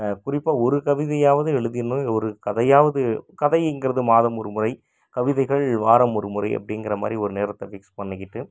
குறிப்பாக ஒரு கவிதையாவது எழுதிடணுன் ஒரு கதையாவது கதைங்கிறது மாதம் ஒருமுறை கவிதைகள் வாரம் ஒருமுறை அப்படிங்குற மாதிரி ஒரு நேரத்தை ஃபிக்ஸ் பண்ணிக்கிட்டு